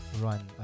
run